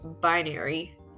binary